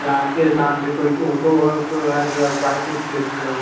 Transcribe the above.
जानकीस्थान से कोइ आँटो वोटो भऽ गेल बाइक वाइक छलए